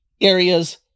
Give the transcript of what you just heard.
areas